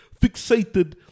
fixated